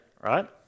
Right